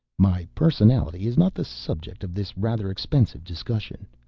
my personality is not the subject of this rather expensive discussion.